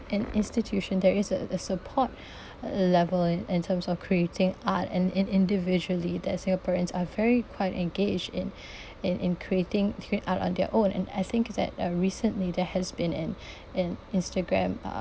in institution there is a a support level in in terms of creating art and in individually that singaporeans are very quite engaged in in in creating cre~ art on their own and I think is that uh recently there has been an an Instagram uh